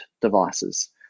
devices